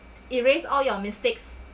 erase all your mistakes